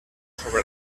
sobre